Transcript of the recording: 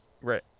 Right